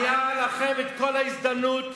היתה לכם ההזדמנות,